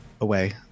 away